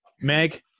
Meg